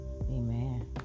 Amen